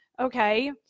okay